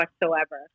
whatsoever